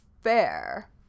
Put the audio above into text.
fair